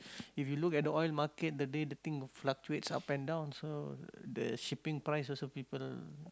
if you look at the oil market the day the thing will fluctuates up and down so the shipping price also people